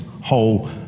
whole